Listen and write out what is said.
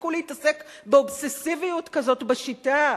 תפסיקו להתעסק באובססיביות כזאת בשיטה.